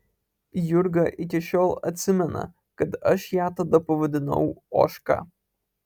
jurga iki šiol atsimena kad aš ją tada pavadinau ožka